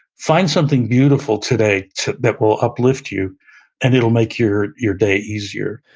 find something beautiful today that will uplift you and it'll make your your day easier.